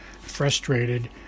frustrated